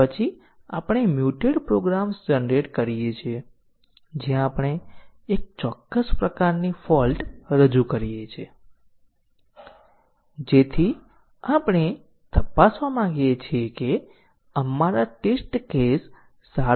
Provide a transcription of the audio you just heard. coverage આધારિત testing ટેકનીકોમાં આપણે સ્ટેટમેન્ટ કવરેજ બ્રાંચ અથવા ડીસીઝન કવરેજ વિવિધ શરતો કવરેજ ટેકનીકો અને પછી આપણે પાથ ટેસ્ટીંગ પર પણ ધ્યાન આપ્યું હતું